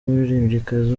umuririmbyikazi